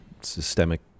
systemic